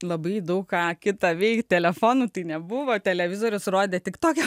labai daug ką kita veikti telefonu tai nebuvo televizorius rodė tik tokią